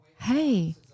Hey